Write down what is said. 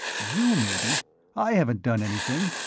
you, maybe. i haven't done anything.